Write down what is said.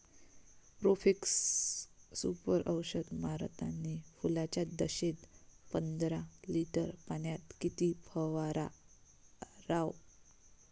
Profex Super औषध मारतानी फुलाच्या दशेत पंदरा लिटर पाण्यात किती फवाराव?